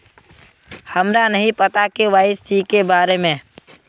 हमरा नहीं पता के.वाई.सी के बारे में?